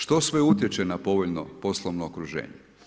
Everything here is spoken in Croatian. Što sve utječe na povoljno poslovno okruženje?